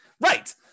Right